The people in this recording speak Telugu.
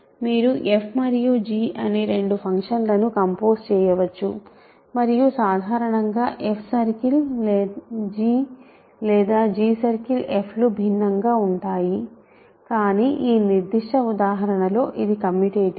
మీరు f మరియు g అనే రెండు ఫంక్షన్లను కంపోజ్ చేయవచ్చు మరియు సాధారణంగా f సర్కిల్ g లేదా g సర్కిల్ f లు భిన్నంగా ఉంటాయి కానీ ఈ నిర్దిష్ట ఉదాహరణలో ఇది కమ్యూటేటివ్